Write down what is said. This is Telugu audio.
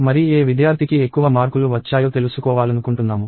మరి ఏ విద్యార్థికి ఎక్కువ మార్కులు వచ్చాయో తెలుసుకోవాలనుకుంటున్నాము